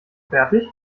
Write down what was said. fertig